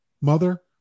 Mother